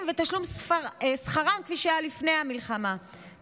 ותשלום שכרם כפי שהיה לפני המלחמה,